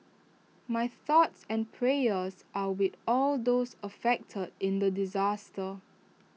my thoughts and prayers are with all those affected in the disaster